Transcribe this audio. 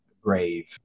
grave